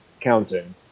counting